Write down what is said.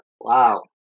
Wow